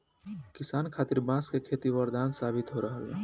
किसान खातिर बांस के खेती वरदान साबित हो रहल बा